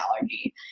allergy